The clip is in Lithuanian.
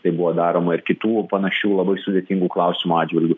tai buvo daroma ir kitų panašių labai sudėtingų klausimų atžvilgiu